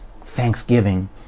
thanksgiving